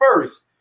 first